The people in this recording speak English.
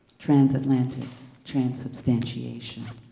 transatlantic transubstantiation.